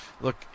look